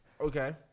Okay